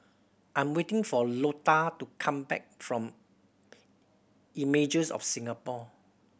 I'm waiting for Lota to come back from Images of Singapore